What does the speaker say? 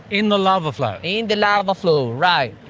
in the lava flow? in the lava flow, right.